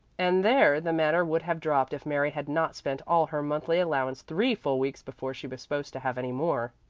and there the matter would have dropped if mary had not spent all her monthly allowance three full weeks before she was supposed to have any more.